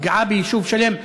פגיעה ביישוב שלם.